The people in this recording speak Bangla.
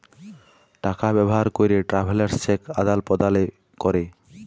টাকা ব্যবহার ক্যরে ট্রাভেলার্স চেক আদাল প্রদালে ক্যরে